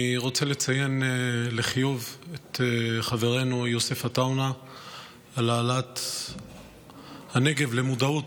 אני רוצה לציין לחיוב את חברנו יוסף עטאונה על העלאת הנגב למודעות,